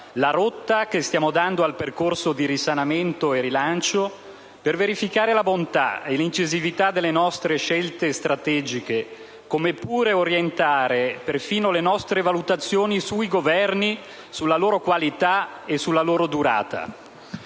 la rotta che stiamo dando al percorso di risanamento e rilancio, per verificare la bontà e l'incisività delle nostre scelte strategiche, come pure per orientare perfino le nostre valutazioni sui Governi, la loro qualità e la loro durata.